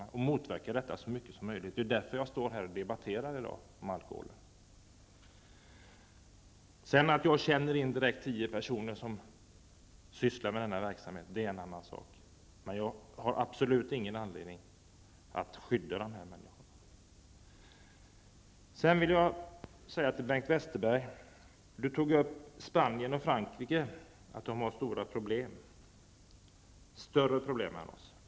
Vi vill motverka hembränning så mycket som möjligt. Därför står jag också här och debatterar om alkoholen. Att jag indirekt känner tio personer som sysslar med denna verksamhet är en annan sak. Jag har absolut ingen anledning att skydda dessa människor. Bengt Westerberg nämnde Spanien och Frankrike och sade att dessa länder har större problem än Sverige.